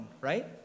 Right